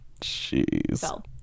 Jeez